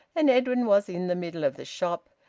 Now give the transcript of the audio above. and edwin was in the middle of the shop.